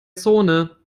zone